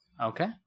Okay